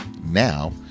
now